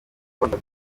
ukunda